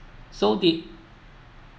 so did